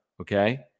Okay